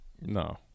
No